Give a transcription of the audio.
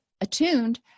attuned